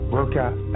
Workout